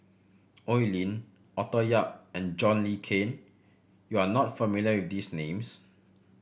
Oi Lin Arthur Yap and John Le Cain you are not familiar with these names